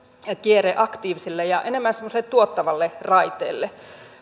kierre aktiiviselle ja enemmän semmoiselle tuottavalle raiteelle